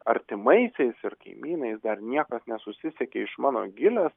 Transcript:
artimaisiais ir kaimynais dar niekas nesusisiekė iš mano gilės